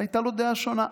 הייתה לו דעה שונה.